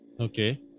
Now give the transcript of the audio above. Okay